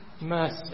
mercy